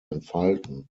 entfalten